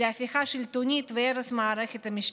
להפיכה שלטונית והרס המערכת המשפטית.